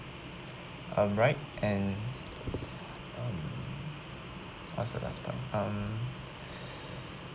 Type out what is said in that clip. alright and um what's the last part um